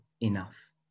enough